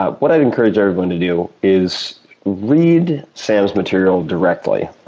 what i would encourage everyone to do is read sam's material directly.